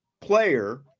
player